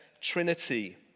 trinity